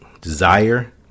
desire